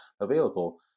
available